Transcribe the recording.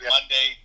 Monday